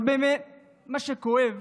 אבל באמת מה שכואב